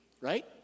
Right